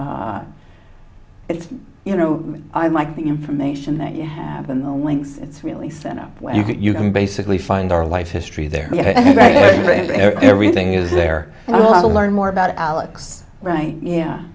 it's it's you know i like the information that you have in the links it's really set up where you can basically find our life history there ok everything is there a lot to learn more about alex right yeah